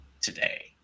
today